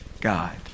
God